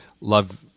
love